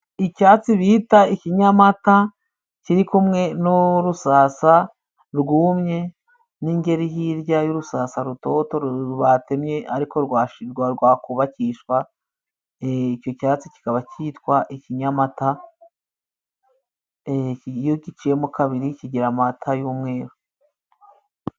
Icyatsi bita ikinyamata kiri kumwe n' urusasa rwumye n'ingeri hirya y'urusasa rutoto batemye ariko rwa rwakubakishwa, icyo cyatsi kikaba cyitwa ikinyamata iyo giciyemo kabiri kigira amata y'umweru.